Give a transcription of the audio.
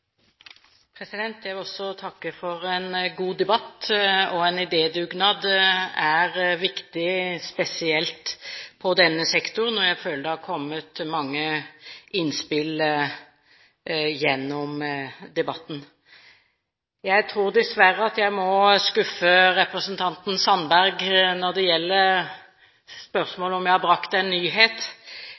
denne sektoren, og jeg føler at det har kommet mange innspill gjennom debatten. Jeg tror dessverre at jeg må skuffe representanten Sandberg når det gjelder spørsmål om jeg har brakt en nyhet.